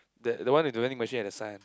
that the one with the vending machine at the side